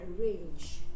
arrange